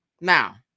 Now